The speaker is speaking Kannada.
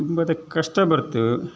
ತುಂಬ ಅದಕ್ಕೆ ಕಷ್ಟ ಬರುತ್ತೆ